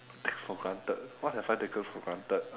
take for granted what have I taken for granted